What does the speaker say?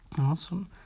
Awesome